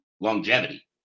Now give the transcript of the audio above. longevity